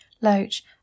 Loach